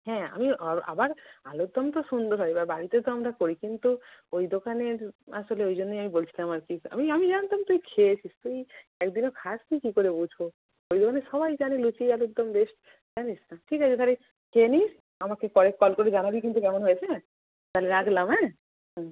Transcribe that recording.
হ্যাঁ আমি আবার আলুরদম তো সুন্দর হয় বাড়িতে তো আমরা করি কিন্তু ওই দোকানের আসলে ওই জন্যই আমি বলছিলাম আর কি আমি আমি জানতাম তুই খেয়েছিস তুই এক দিনও খাস নি কী করে বুঝবো ওই জন্য সবাই জানে লুচি আলুরদম বেস্ট জানিস তো ঠিক আছে তাহলে খেয়ে নিস আমাকে পরে কল করে জানাবি কিন্তু কেমন হয়েছে হ্যাঁ তাহলে রাখলাম হ্যাঁ হুম